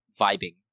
Vibing